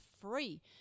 free